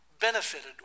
benefited